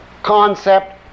concept